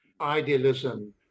idealism